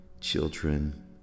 children